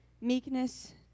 meekness